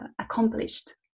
accomplished